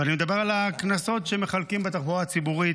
ואני מדבר על הקנסות שמחלקים בתחבורה הציבורית.